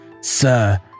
sir